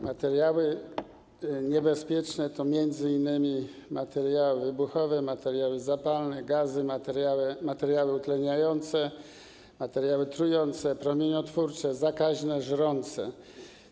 Materiały niebezpieczne to m.in. materiały wybuchowe, materiały zapalne, gazy, materiały utleniające, materiały trujące, promieniotwórcze, zakaźne, żrące.